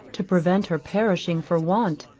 to prevent her perishing for want,